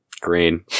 green